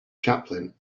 chaplain